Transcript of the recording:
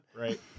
Right